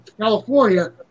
California